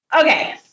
Okay